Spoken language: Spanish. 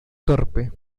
torpe